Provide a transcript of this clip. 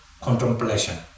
contemplation